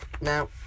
Now